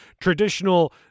traditional